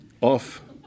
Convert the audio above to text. off